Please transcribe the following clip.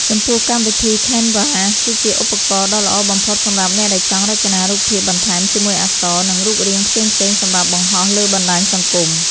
ចំពោះ កម្មវិធី ខេនវ៉ា គឺជាឧបករណ៍ដ៏ល្អបំផុតសម្រាប់អ្នកដែលចង់រចនារូបភាពបន្ថែមជាមួយអក្សរ និងរូបរាងផ្សេងៗសម្រាប់បង្ហោះលើបណ្ដាញសង្គម។